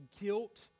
guilt